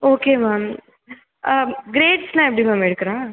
okay ma'am grand slam எப்படி ma'am எடுக்கிறான்